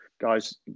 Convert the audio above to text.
Guys